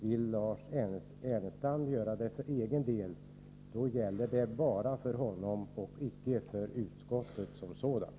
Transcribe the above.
Vill Lars Ernestam göra denna tolkning för egen del får den gälla bara för honom och icke för utskottet som sådant.